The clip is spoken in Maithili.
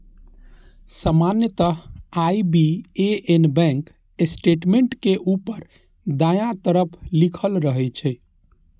सामान्यतः आई.बी.ए.एन बैंक स्टेटमेंट के ऊपर दायां तरफ लिखल रहै छै